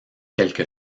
quelque